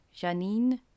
Janine